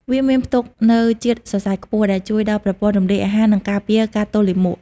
វាមានផ្ទុកនូវជាតិសរសៃខ្ពស់ ដែលជួយដល់ប្រព័ន្ធរំលាយអាហារ និងការពារការទល់លាមក។